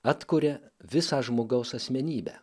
atkuria visą žmogaus asmenybę